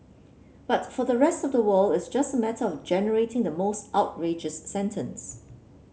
but for the rest of the world it's just a matter of generating the most outrageous sentence